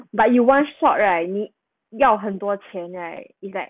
but you want short right 你要很多钱 right is like